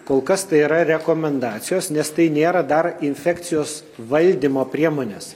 kol kas tai yra rekomendacijos nes tai nėra dar infekcijos valdymo priemonės